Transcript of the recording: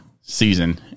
season